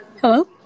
Hello